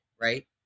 right